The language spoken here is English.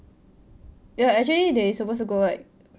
ya actually they supposed to go like